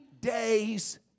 days